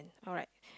alright